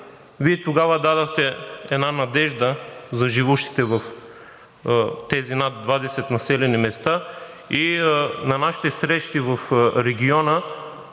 Вие тогава дадохте една надежда за живущите в тези над 20 населени места. На нашите срещи в региона